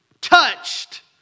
touched